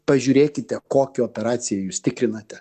pažiūrėkite kokią operaciją jūs tikrinate